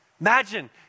Imagine